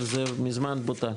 אבל זה מזמן בוטל.